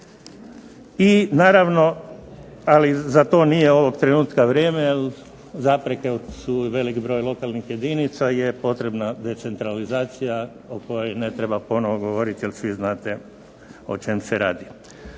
I naravno, ali za to nije ovog trenutka vrijeme, jer zapreke su velik broj lokalnih jedinica je potrebna decentralizacija o kojoj ne treba ponovo govoriti jer svi znate o čem se radi.